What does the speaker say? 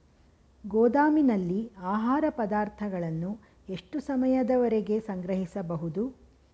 ಗೋದಾಮಿನಲ್ಲಿ ಆಹಾರ ಪದಾರ್ಥಗಳನ್ನು ಎಷ್ಟು ಸಮಯದವರೆಗೆ ಸಂಗ್ರಹಿಸಬಹುದು?